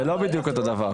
זה בדיוק אותו דבר.